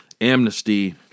amnesty